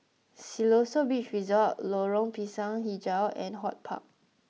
Siloso Beach Resort Lorong Pisang HiJau and HortPark